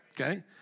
okay